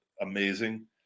amazing